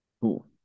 Cool